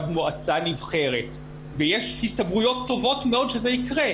מועצה נבחרת ויש הסתברויות טובות מאוד שזה יקרה,